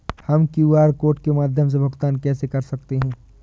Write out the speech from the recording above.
हम QR code के माध्यम से भुगतान कैसे कर सकते हैं?